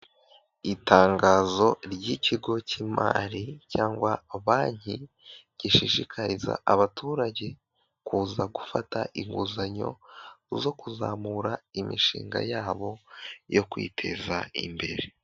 Itangazo ry'ikigo cy'imari cyangwa banki gishishikariza abaturage kuza gufata inguzanyo zo kuzamura imishinga yabo yo kwiteza imbere.